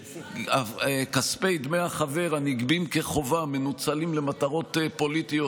וכספי דמי החבר הנגבים כחובה מנוצלים למטרות פוליטיות